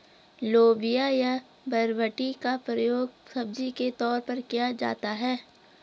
लोबिया या बरबटी का प्रयोग सब्जी के तौर पर किया जाता है